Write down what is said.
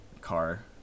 car